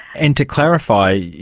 and to clarify, yeah